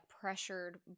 pressured